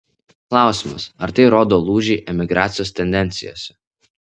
klausimas ar tai rodo lūžį emigracijos tendencijose